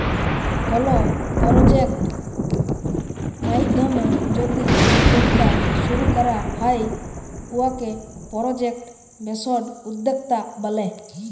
call project মাইধ্যমে যদি উদ্যক্তা শুরু ক্যরা হ্যয় উয়াকে পরজেক্ট বেসড উদ্যক্তা ব্যলে